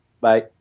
Bye